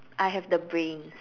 I have the brains